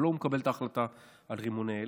אבל לא הוא מקבל את החלטה על רימוני הלם.